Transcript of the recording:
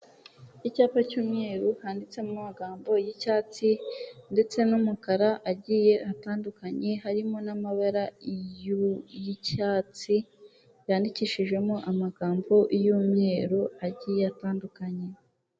Icyapa cy'umweru handitsemo amagambo y'icyatsi ndetse n'umukara agiye atandukanye harimo n'amabara y'icyatsi yandikishijemo amagambo y'umweru agiye atandukanye.